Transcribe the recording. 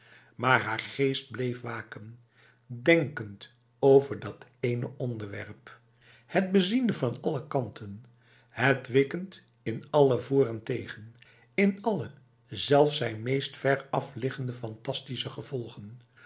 maar haar geest bleef waken denkend over dat éne onderwerp het beziende van alle kanten het wikkend in alle voor en tegen in alle zelfs zijn meest veraf liggende fantastische gevolgen